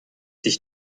sich